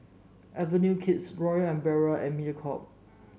Avenue Kids Royal Umbrella and Mediacorp